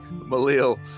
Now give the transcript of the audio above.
Malil